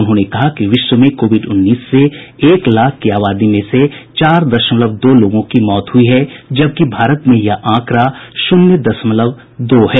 उन्होंने कहा कि विश्व में कोविड उन्नीस से एक लाख की आबादी में से चार दशमलव दो लोगों की मौत हुई जबकि भारत में यह आंकडा शून्य दशमलव दो है